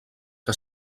que